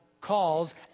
calls